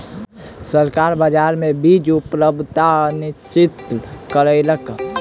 सरकार बाजार मे बीज उपलब्धता निश्चित कयलक